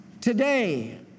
Today